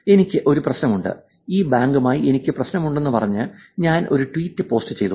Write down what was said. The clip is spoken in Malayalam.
എനിക്ക് ഒരു പ്രശ്നമുണ്ട് ഈ ബാങ്കുമായി എനിക്ക് പ്രശ്നമുണ്ടെന്ന് പറഞ്ഞ് ഞാൻ ഒരു ട്വീറ്റ് പോസ്റ്റ് ചെയ്തു